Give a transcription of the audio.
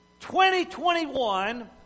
2021